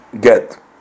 get